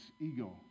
ego